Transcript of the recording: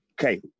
Okay